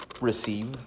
receive